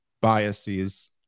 biases